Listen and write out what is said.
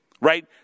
right